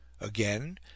Again